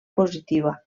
positiva